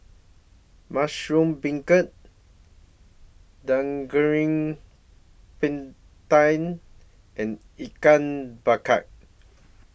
Mushroom Beancurd Daging Penyet and Ian Bkar